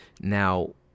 Now